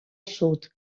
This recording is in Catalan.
sud